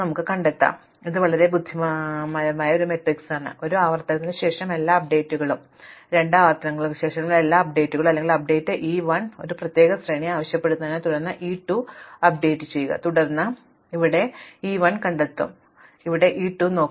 അതിനാൽ ഇത് വളരെ ബുദ്ധിമാനായ ഒരു മാട്രിക്സാണ് ഒരു ആവർത്തനത്തിന് ശേഷം എല്ലാ അപ്ഡേറ്റുകളും രണ്ട് ആവർത്തനങ്ങൾക്ക് ശേഷമുള്ള എല്ലാ അപ്ഡേറ്റുകളും അല്ലെങ്കിൽ അപ്ഡേറ്റ് ഇ 1 ലേക്ക് ഒരു പ്രത്യേക ശ്രേണി ആവശ്യപ്പെടുന്നതിന് തുടർന്ന് ഇ 2 അപ്ഡേറ്റ് ചെയ്യുക തുടർന്ന് അപ്ഡേറ്റ് ചെയ്യുക തുടർന്ന് ഞാൻ ഇവിടെ ഇ 1 കണ്ടെത്തും തുടർന്ന് ഞാൻ ഇവിടെ ഇ 2 നോക്കും തുടർന്ന് ഞാൻ ഇവിടെ ഇ 3 കണ്ടെത്തും